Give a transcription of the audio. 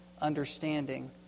understanding